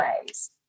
ways